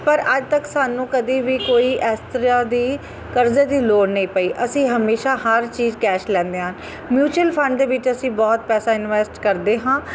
ਪਰ ਅੱਜ ਤੱਕ ਸਾਨੂੰ ਕਦੇ ਵੀ ਕੋਈ ਇਸ ਤਰ੍ਹਾਂ ਦੀ ਕਰਜ਼ੇ ਦੀ ਲੋੜ ਨਹੀਂ ਪਈ ਅਸੀਂ ਹਮੇਸ਼ਾ ਹਰ ਚੀਜ਼ ਕੈਸ਼ ਲੈਂਦੇ ਹਾਂ ਮਿਊਚਲ ਫੰਡ ਦੇ ਵਿੱਚ ਅਸੀਂ ਬਹੁਤ ਪੈਸਾ ਇਨਵੈਸਟ ਕਰਦੇ ਹਾਂ